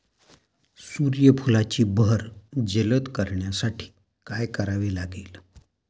सूर्यफुलाची बहर जलद करण्यासाठी काय करावे लागेल?